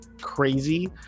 crazy